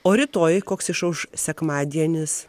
o rytoj koks išauš sekmadienis